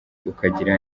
ukagira